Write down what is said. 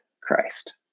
Christ